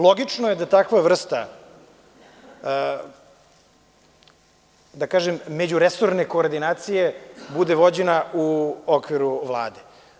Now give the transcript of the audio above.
Logično je da takva vrsta, da kažem, međuresorne koordinacije bude vođena u okviru Vlade.